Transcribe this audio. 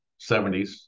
70s